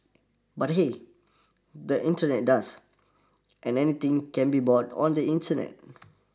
but hey the Internet does and anything can be bought on the Internet